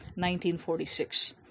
1946